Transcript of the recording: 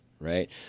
right